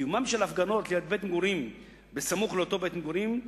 קיומן של הפגנות ליד בית-מגורים בסמוך לאותו בית-מגורים,